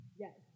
yes